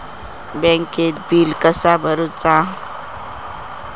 बँकेत बिल कसा भरुचा?